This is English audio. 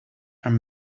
are